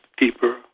deeper